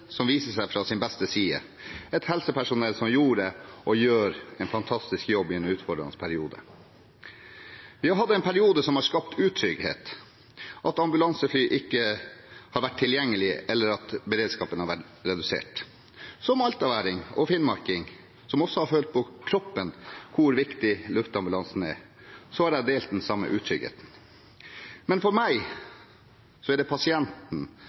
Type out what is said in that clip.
som viser seg fra sin beste side, helsepersonell som gjorde og gjør en fantastisk jobb i en utfordrende periode. Vi har hatt en periode som har skapt utrygghet, at ambulansefly ikke har vært tilgjengelige, eller at beredskapen har vært redusert. Som altaværing og finnmarking, som også har følt på kroppen hvor viktig luftambulansen er, har jeg delt den samme utryggheten. Men